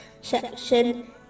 SECTION